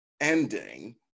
ending